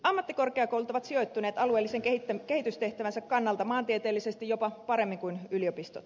ammattikorkeakoulut ovat sijoittuneet alueellisen kehitystehtävänsä kannalta maantieteellisesti jopa paremmin kuin yliopistot